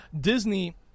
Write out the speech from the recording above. disney